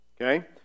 Okay